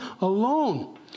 alone